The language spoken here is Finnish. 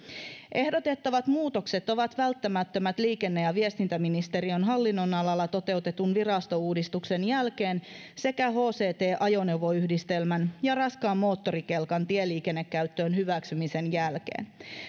ehdotettavat muutokset ovat välttämättömät liikenne ja viestintäministeriön hallinnon alalla toteutetun virastouudistuksen jälkeen sekä hct ajoneuvoyhdistelmän ja raskaan moottorikelkan tieliikennekäyttöön hyväksymisen jälkeen